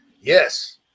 Yes